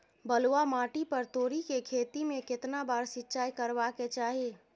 बलुआ माटी पर तोरी के खेती में केतना बार सिंचाई करबा के चाही?